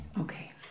Okay